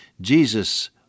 Jesus